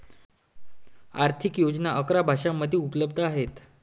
आर्थिक योजना अकरा भाषांमध्ये उपलब्ध आहेत